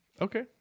Okay